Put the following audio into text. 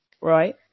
right